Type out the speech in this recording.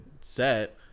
set